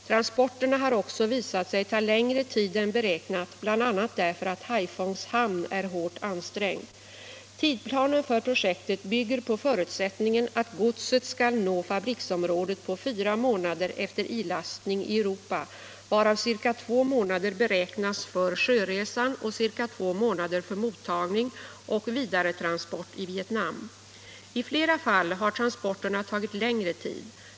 Transporterna har också visat sig ta längre tid än beräknat, bl.a. därför att Haiphongs hamn är hårt ansträngd. Tidsplanen för projektet bygger på förutsättningen att godset skall nå fabriksområdet på fyra månader efter ilastning i Europa — varav ca två månader beräknas för sjöresan och ca två månader för mottagning och vidaretransport i Vietnam. I flera fall har transporterna tagit längre tid.